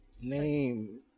name